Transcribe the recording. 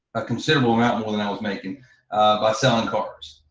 a considerable amount more than i was making by selling cars.